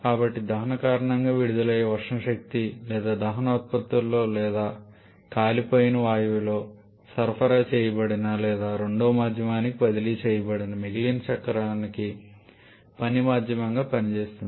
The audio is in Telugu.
కాబట్టి దహన కారణంగా విడుదలయ్యే ఉష్ణ శక్తి లేదా దహన ఉత్పత్తులలో లేదా కాలిపోయిన వాయువులో సరఫరా చేయబడిన లేదా రెండవ మాధ్యమానికి బదిలీ చేయబడిన మిగిలిన చక్రానికి పని మాధ్యమంగా పనిచేస్తుంది